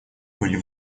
были